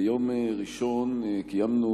ביום ראשון קיימנו,